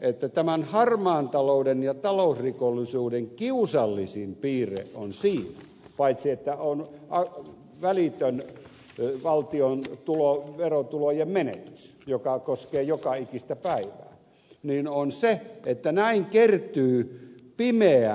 että tämän harmaan talouden ja talousrikollisuuden kiusallisin piirre on siinä paitsi että se on välitön valtion verotulojen menetys joka koskee joka ikistä päivää että näin kertyy pimeä varallisuus